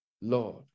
Lord